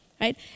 right